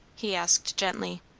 he asked gently.